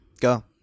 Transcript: Go